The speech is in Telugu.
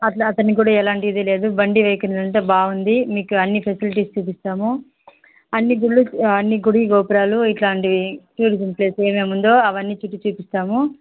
అట్లా అతనికి కూడా ఎలాంటి ఇది లేదు బండి వెహికల్ అంతా బాగుంది మీకు అన్ని ఫెసిలిటీస్ చూపిస్తాము అన్ని గుళ్ళు అన్ని గుడి గోపురాలు ఇట్లాంటివి టూరిజం ప్లేస్లు ఏమేమి ఉందో అవన్నీ తిప్పి చుపిస్తాము